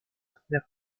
première